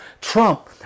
Trump